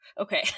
Okay